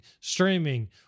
streaming